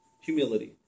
Humility